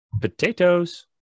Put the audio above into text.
Potatoes